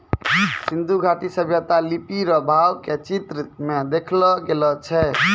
सिन्धु घाटी सभ्यता लिपी रो भाव के चित्र मे देखैलो गेलो छलै